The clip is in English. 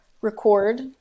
record